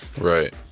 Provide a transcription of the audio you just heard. Right